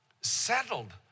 settled